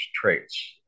traits